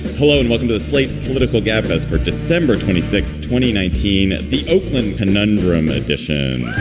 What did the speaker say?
hello and welcome to the slate political gabfest for december twenty six twenty nineteen. the oakland conundrum addition